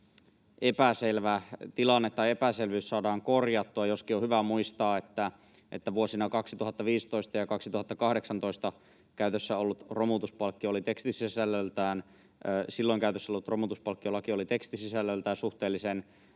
epäselvä tilanne tai epäselvyys saadaan korjattua, joskin on hyvä muistaa, että vuosina 2015 ja 2018 käytössä ollut romutuspalkkiolaki oli silloin tekstisisällöltään suhteellisen